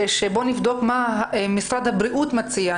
שבוא נבדוק מה משרד הבריאות מציע.